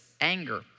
anger